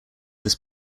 this